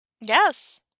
Yes